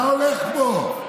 מה הולך פה?